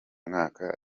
mwaka